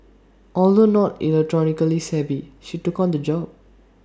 although not electronically savvy she took on the job